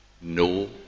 no